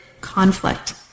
conflict